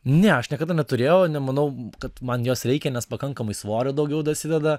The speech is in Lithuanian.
ne aš niekada neturėjau nemanau kad man jos reikia nes pakankamai svorio daugiau dasideda